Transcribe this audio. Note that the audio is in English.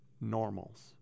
normals